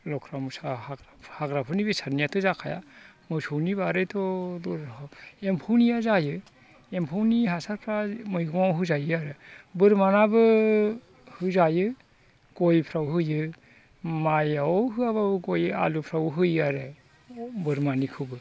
लख्रा मोसा हाग्राफोरनि बेसादफोरनियाथ' जाखाया मोसौनि बारैथ' एम्फौनिया जायो एम्फौनि हासारफ्रा मैगङाव होजायो आरो बोरमानाबो होजायो गयफ्राव होयो माइआव होआब्लाबो गय आलुफ्राव होयो आरो बोरमानिखौबो